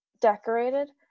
decorated